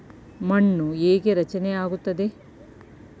ಮಣ್ಣು ಹೇಗೆ ರಚನೆ ಆಗುತ್ತದೆ?